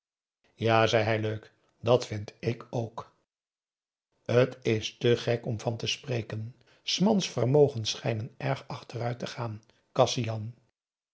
ja zei hij leuk dat vind ik ook het is te gek om van te spreken s mans vermogens schijnen erg achteruit te gaan kasian